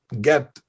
get